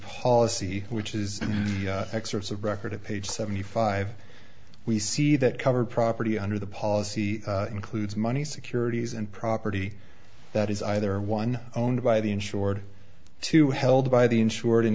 policy which is excerpts of record at page seventy five we see that cover property under the policy includes money securities and property that is either one owned by the insured to held by the insured in